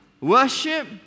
worship